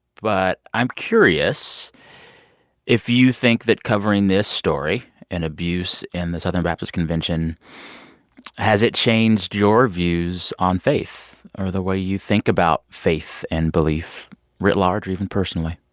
but i'm curious if you think that covering this story and abuse in the southern baptist convention has it changed your views on faith or the way you think about faith and belief writ large or even personally?